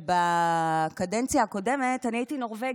שבקדנציה הקודמת הייתי נורבגית,